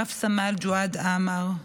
רב-סמל ג'ואד עאמר,